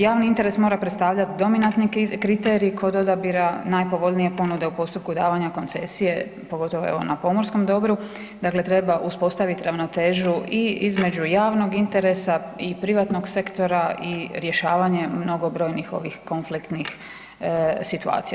Javni interes mora predstavljati dominantni kriterij kod odabira najpovoljnije ponude u postupku davanja koncesije pogotovo evo na pomorskom dobru, dakle treba uspostaviti ravnotežu i između javnog interesa i privatnog sektora i rješavanje mnogobrojnih ovih konfliktnih situacija.